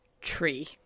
tree